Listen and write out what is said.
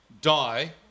die